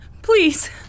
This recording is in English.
Please